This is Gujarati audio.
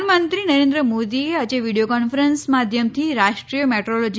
પ્રધાનમંત્રી નરેન્દ્ર મોદીએ આજે વીડિયો કોન્ફરન્સ માધ્યમથી રાષ્ટ્રીય મેટ્રોલોજી